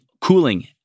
cooling